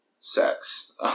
sex